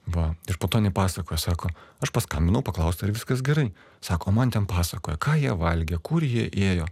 va ir po to jinai pasakoja sako aš paskambinau paklaust ar viskas gerai sako man ten pasakoja ką jie valgė kur jie ėjo